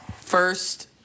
First